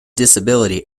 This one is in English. disability